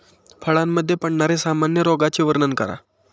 फळांमध्ये पडणाऱ्या सामान्य रोगांचे वर्णन करा